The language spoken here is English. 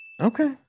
Okay